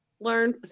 learn